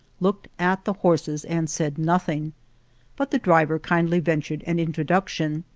looked at the horses and said nothing but the driver kindly vent ured an introduction,